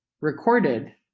recorded